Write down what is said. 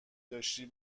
داشتی